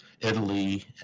Italy